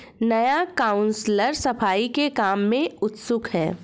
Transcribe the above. नया काउंसलर सफाई के काम में उत्सुक है